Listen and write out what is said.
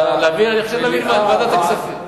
אני חושב להעביר לוועדת הכספים.